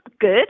Good